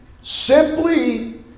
simply